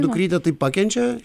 dukrytė tai pakenčia